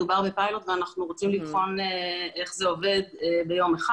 מדובר בפיילוט ואנחנו רוצים לבחון איך זה עובד ביום אחד.